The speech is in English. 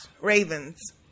Ravens